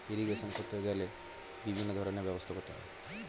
irrigation করতে গেলে বিভিন্ন রকমের ব্যবস্থা করতে হয়